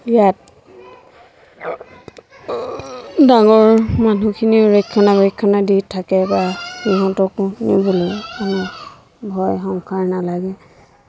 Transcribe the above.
ইয়াত ডাঙৰ মানুহখিনি ৰক্ষণাৱেক্ষণা দি থাকে বা সিহঁতকো নিবলৈ ভয় সংশয় নালাগে